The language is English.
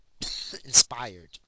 inspired